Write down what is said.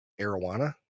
Arowana